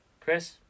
Chris